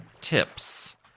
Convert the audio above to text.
tips